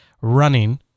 running